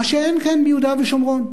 מה שאין כן ביהודה ושומרון.